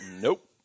Nope